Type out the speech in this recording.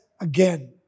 again